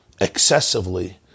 excessively